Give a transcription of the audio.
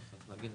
בבידוד.